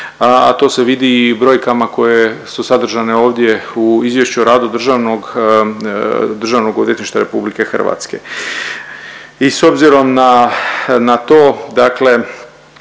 a to se vidi i u brojkama koje su sadržane ovdje u izvješću o radu državnog, Državnog odvjetništva RH. I s obzirom na to, dakle